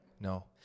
No